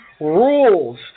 Rules